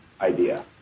idea